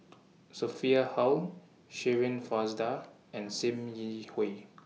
Sophia Hull Shirin Fozdar and SIM Yi Hui